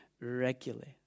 regularly